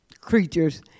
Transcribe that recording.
creatures